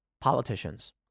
politicians